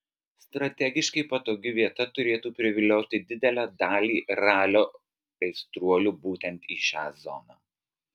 strategiškai patogi vieta turėtų privilioti didelę dalį ralio aistruolių būtent į šią zoną